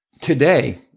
today